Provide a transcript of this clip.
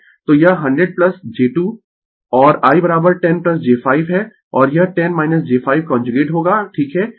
तो यह 100 j 2 और I 10 j 5 है और यह 10 j 5 कांजुगेट होगा ठीक है